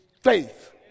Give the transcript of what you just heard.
faith